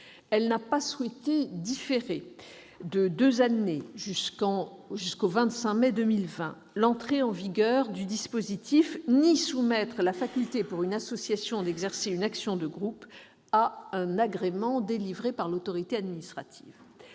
Elle n'a pas souhaité différer de deux années, jusqu'au 25 mai 2020, l'entrée en vigueur du dispositif, ni soumettre la faculté pour une association d'exercer une action de groupe à un agrément délivré par l'autorité administrative.